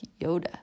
Yoda